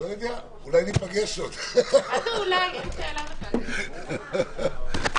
הישיבה ננעלה בשעה 14:18.